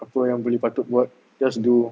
apa yang boleh patut buat just do